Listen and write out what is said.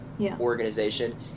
organization